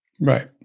Right